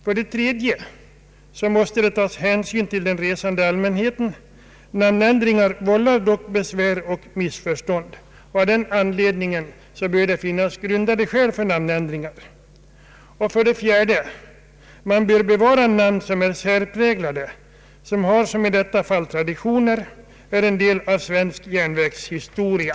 För det tredje måste det tas hänsyn till den resande allmänheten. Namnändringar vållar dock besvär och missförstånd. Av den anledningen bör det finnas grundade skäl för en namnändring. För det fjärde bör man bevara namn som är särpräglade, som har — såsom i detta fall — traditioner och är en del av svensk järnvägshistoria.